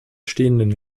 stehenden